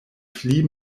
pli